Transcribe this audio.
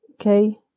okay